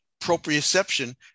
proprioception